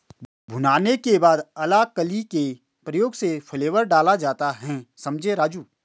भुनाने के बाद अलाकली के प्रयोग से फ्लेवर डाला जाता हैं समझें राजु